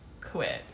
quit